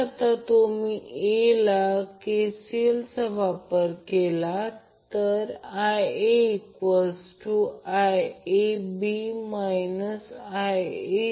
तर नोड्सवर KCL लागू केल्यावर फेज करंटवरून लाईन करंट्स मिळतात